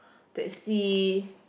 taxi